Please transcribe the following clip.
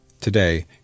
Today